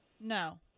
No